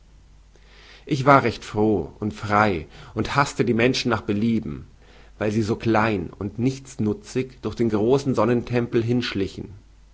ich war recht froh und frei und haßte die menschen nach belieben weil sie so klein und nichtsnutzig durch den großen sonnentempel hinschlichen